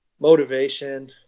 Motivation